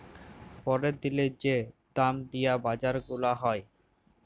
প্যরের দিলের যে দাম দিয়া বাজার গুলা হ্যয়